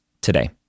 today